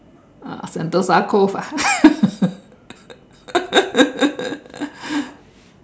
ah Sentosa cove ah